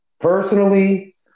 Personally